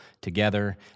together